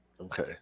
Okay